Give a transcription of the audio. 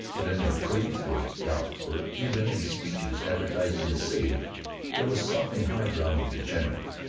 but in their praise was doubt, for even in speeches advertising the city there was something highbrow and degenerate,